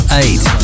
eight